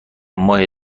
ماه